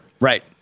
right